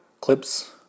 clips